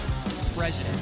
president